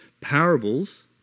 Parables